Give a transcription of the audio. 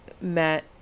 met